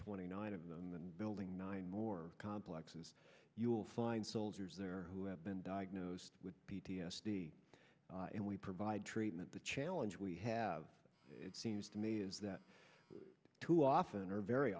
twenty nine of them and building nine more complexes you'll find soldiers there who have been diagnosed with p t s d and we provide treatment the challenge we have it seems to me is that too often or very